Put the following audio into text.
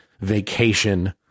vacation